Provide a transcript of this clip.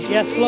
Yes